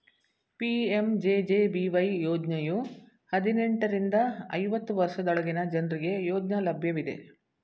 PMJJBY ಯೋಜ್ನಯು ಹದಿನೆಂಟು ರಿಂದ ಐವತ್ತು ವರ್ಷದೊಳಗಿನ ಜನ್ರುಗೆ ಯೋಜ್ನ ಲಭ್ಯವಿದೆ